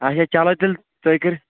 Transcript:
اچھا چلو تیٚلہِ تۄہہ کَرو